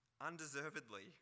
undeservedly